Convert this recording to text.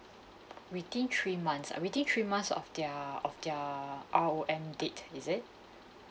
within three months uh within three months of their of their R_O_M date is it